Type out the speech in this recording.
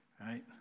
right